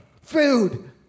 food